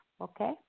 okay